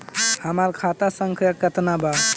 हमार खाता संख्या केतना बा?